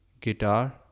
guitar